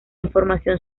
información